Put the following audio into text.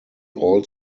all